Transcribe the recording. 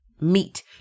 meat